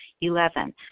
Eleven